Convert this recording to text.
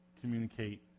communicate